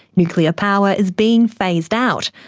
nuclear power is being phased out,